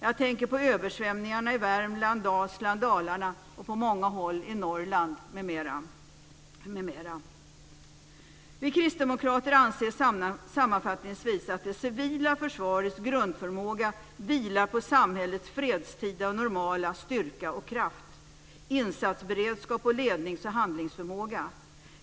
Jag tänker på översvämningarna i Värmland, Dalsland, Dalarna och på många håll i Vi kristdemokrater anser sammanfattningsvis att det civila försvarets grundförmåga vilar på samhällets fredstida och normala styrka och kraft, insatsberedskap och lednings och handlingsförmåga.